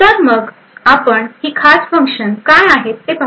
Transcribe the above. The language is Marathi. तर मग आपण प्रथम ही खास फंक्शन काय आहेत ते पाहू